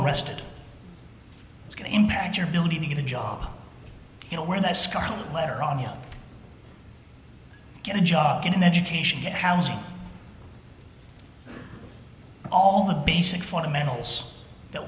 arrested it's going to impact your ability to get a job you know where that scarlet letter on he'll get a job get an education housing all the basic fundamentals that